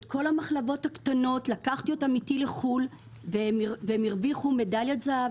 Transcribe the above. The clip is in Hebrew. את כל המחלבות הקטנות לחו"ל והם הרוויחו מדלית זהב